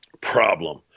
problem